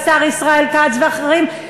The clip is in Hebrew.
השר ישראל כץ ואחרים,